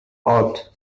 ought